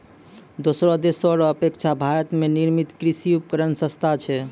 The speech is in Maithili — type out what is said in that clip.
दोसर देशो रो अपेक्षा भारत मे निर्मित कृर्षि उपकरण सस्ता छै